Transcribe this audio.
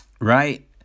Right